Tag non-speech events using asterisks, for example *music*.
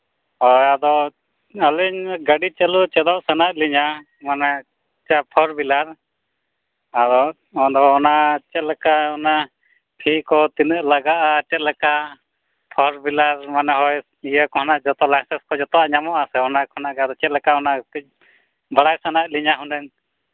ᱦᱳᱭ ᱟᱫᱚ ᱟᱹᱞᱤᱧ ᱜᱟᱹᱰᱤ ᱪᱟᱹᱞᱩ ᱪᱮᱫᱚᱜ ᱥᱟᱱᱟᱭᱮᱫᱞᱤᱧᱟᱹ ᱢᱟᱱᱮ *unintelligible* ᱯᱷᱳᱨ ᱦᱩᱭᱞᱟᱨ ᱟᱫᱚ ᱚᱱᱟ ᱪᱮᱫᱞᱮᱠᱟ ᱚᱱᱟ ᱯᱷᱤᱠᱚ ᱛᱤᱱᱟᱹᱜ ᱞᱟᱜᱟᱜᱼᱟ ᱪᱮᱫᱞᱮᱠᱟ ᱯᱷᱳᱨ ᱦᱩᱭᱞᱟᱨ ᱢᱚᱱᱮ ᱦᱳᱭ ᱤᱭᱟᱹᱠᱚ ᱚᱱᱟ ᱡᱚᱛᱚ ᱞᱟᱭᱥᱮᱱᱥᱠᱚ ᱚᱱᱟᱠᱚ ᱡᱚᱛᱚᱣᱟᱜ ᱧᱟᱢᱚᱜᱼᱟ ᱥᱮ ᱚᱱᱟ ᱠᱷᱚᱱᱟᱜ ᱜᱮ ᱟᱫᱚ ᱪᱮᱫ ᱞᱮᱠᱟ ᱚᱱᱟ ᱠᱟᱹᱡ ᱵᱟᱲᱟᱭ ᱥᱟᱱᱟᱭᱮᱫᱞᱤᱧᱟᱹ ᱦᱩᱱᱟᱹᱝ